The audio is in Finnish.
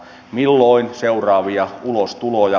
milloin seuraavia ulostuloja